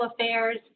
affairs